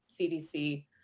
CDC